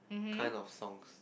kind of songs